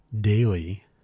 daily